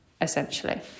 essentially